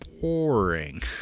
boring